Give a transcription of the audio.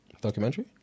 Documentary